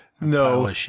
No